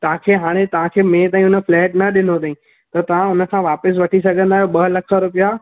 तव्हां खे हाणे तव्हां खे मे ताईं उन फ्लेट न ॾिनो अथई त तव्हां हुनखां वापसि वठी सघंदा आहियो ॿ लख रुपया